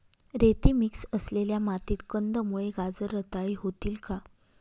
रेती मिक्स असलेल्या मातीत कंदमुळे, गाजर रताळी होतील का?